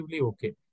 okay